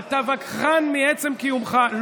אני מוכן.